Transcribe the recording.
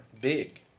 Big